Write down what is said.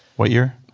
what year?